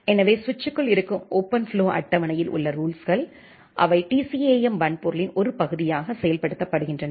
எனவே சுவிட்சுக்குள் இருக்கும் ஓபன்ஃப்ளோ அட்டவணையில் உள்ள ரூல்ஸுகள் அவை TCAM வன்பொருளின் ஒரு பகுதியாக செயல்படுத்தப்படுகின்றன